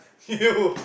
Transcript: you